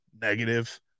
negative